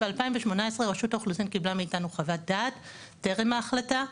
ב-2018 רשות האוכלוסין קיבלה מאיתנו חוות דעת טרם ההחלטה,